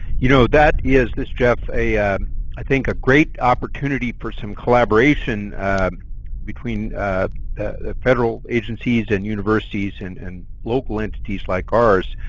you know that is, this jeff, a i think a great opportunity for some collaboration between the federal agencies and universities and and local entities like ours.